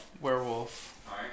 werewolf